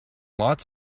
lots